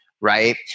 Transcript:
right